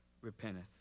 repenteth